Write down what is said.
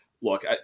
look